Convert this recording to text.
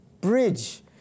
bridge